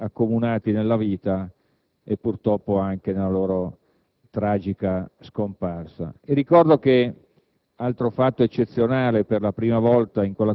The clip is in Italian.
I casi della vita e la cronaca mi hanno portato ad avere l'onore di essere stato il Ministro *pro tempore* a porre